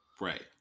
Right